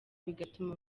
bigatuma